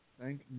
Thank